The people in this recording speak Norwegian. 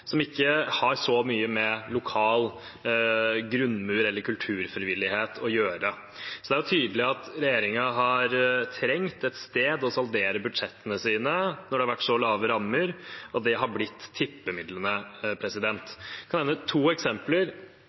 som ikke har så mye med lokal grunnmur eller kulturfrivillighet å gjøre. Så det er tydelig at regjeringen har trengt et sted å saldere budsjettene sine når det har vært så lave rammer, og det har blitt tippemidlene. Jeg kan nevne to eksempler,